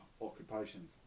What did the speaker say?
occupation